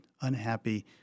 unhappy